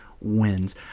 wins